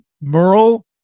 Merle